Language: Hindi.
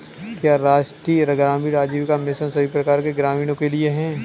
क्या राष्ट्रीय ग्रामीण आजीविका मिशन सभी प्रकार के ग्रामीणों के लिए है?